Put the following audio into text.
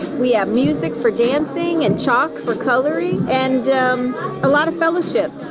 we have music for dancing and chalk for coloring. and a lot of fellowship.